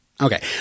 Okay